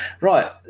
Right